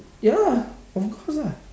ya of course lah